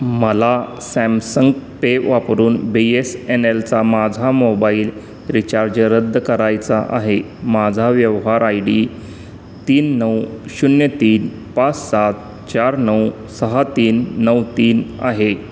मला Samsung pay वापरून B S N एलचा माझा मोबाईल रिचार्ज रद्द करायचा आहे माझा व्यवहार आय डी तीन नऊ शून्य तीन पाच सात चार नऊ सहा तीन नऊ तीन आहे